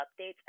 updates